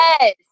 yes